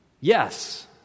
yes